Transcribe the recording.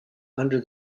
under